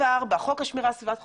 2004. חוק השמירה על סביבה חופית.